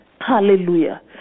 Hallelujah